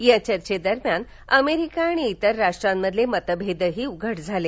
या चर्चे दरम्यान अमेरिका आणि इतर राष्ट्रांमधले मतभेदही उघड झाले